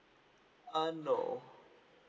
uh no